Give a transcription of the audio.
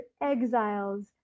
exiles